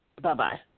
Bye-bye